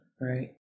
right